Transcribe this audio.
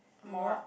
rock